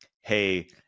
hey